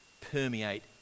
permeate